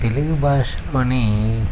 తెలుగు భాషలోని